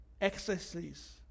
excesses